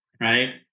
Right